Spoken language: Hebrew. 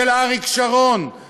של אריק שרון,